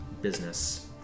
business